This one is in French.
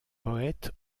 poètes